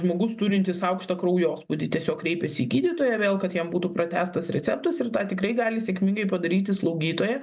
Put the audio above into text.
žmogus turintis aukštą kraujospūdį tiesiog kreipėsi į gydytoją vėl kad jam būtų pratęstas receptas ir tą tikrai gali sėkmingai padaryti slaugytoja